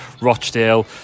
Rochdale